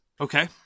Okay